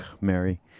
Mary